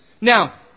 Now